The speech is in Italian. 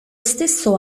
stesso